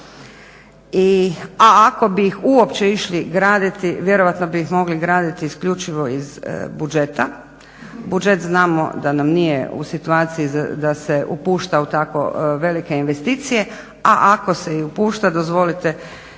a ako bi ih uopće išli graditi vjerojatno bi ih mogli graditi isključivo iz budžeta. Budžet znamo da nam nije u situaciji da se upušta u tako velike investicije. A ako se i upušta dozvolite